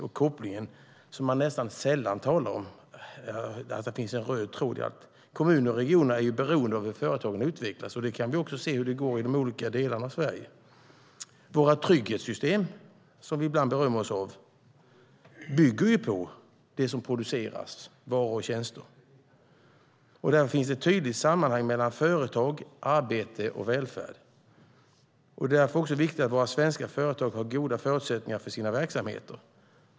Den kopplingen talas det sällan om. Här finns alltså en röd tråd. Kommuner och regioner är beroende av hur företagen utvecklas, och vi kan se hur det går i de olika delarna av Sverige. Våra trygghetssystem, som vi ibland berömmer oss av, bygger på det som produceras i form av varor och tjänster. Det finns ett tydligt samband mellan företag, arbete och välfärd. Det är därför viktigt att våra svenska företag har goda förutsättningar för sina verksamheter.